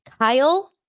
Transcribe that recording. Kyle